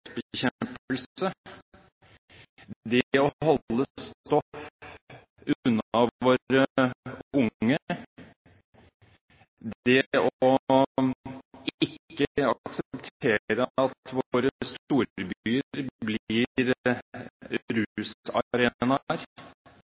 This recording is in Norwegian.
det å holde stoff unna våre unge, det ikke å akseptere at våre storbyer blir